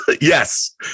Yes